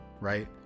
Right